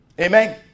Amen